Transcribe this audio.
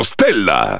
Stella